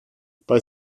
bei